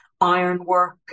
ironwork